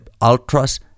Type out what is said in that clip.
Ultras